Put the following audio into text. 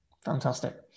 Fantastic